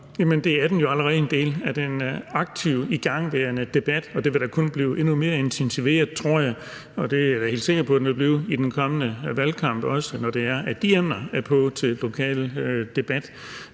det er jo allerede en del af den aktive igangværende debat, og det vil da kun blive endnu mere intensiveret, tror jeg. Det er jeg da helt sikker på den vil blive i den kommende valgkamp, også når de emner er til debat